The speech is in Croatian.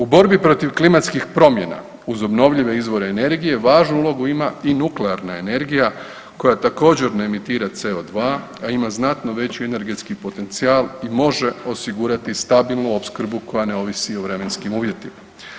U borbi protiv klimatskih promjena uz obnovljive izvore energije, važnu ulogu ima i nuklearna energija koja također ne emitira CO2 a ima znatno veći energetski potencijal i može osigurati stabilnu opskrbu koja ne ovisi o vremenskim uvjetima.